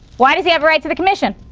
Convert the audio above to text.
why does he have a right to the commission?